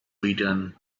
beaten